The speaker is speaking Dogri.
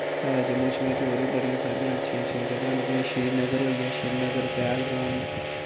साढ़े जम्मू कश्मीर च होर बी बड़ियां सारियां अच्छियां अच्छियां जगह् न जियां श्रीनगर होईया श्रीनगर पैह्लगाम